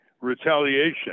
retaliation